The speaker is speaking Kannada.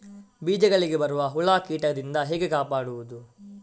ಬೀಜಗಳಿಗೆ ಬರುವ ಹುಳ, ಕೀಟದಿಂದ ಹೇಗೆ ಕಾಪಾಡುವುದು?